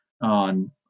on